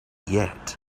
yet